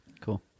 Cool